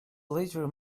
later